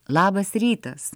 labas rytas